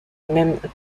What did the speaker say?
même